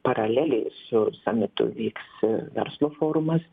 paraleliai su samitu vyks verslo forumas